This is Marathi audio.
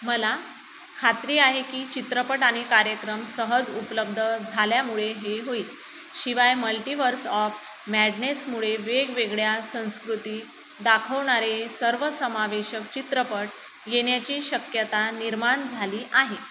मला खात्री आहे की चित्रपट आणि कार्यक्रम सहज उपलब्ध झाल्यामुळे हे होईल शिवाय मल्टिवर्स ऑफ मॅडनेसमुळे वेगवेगळ्या संस्कृती दाखवणारे सर्वसमावेश चित्रपट येण्याची शक्यता निर्माण झाली आहे